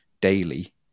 daily